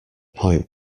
point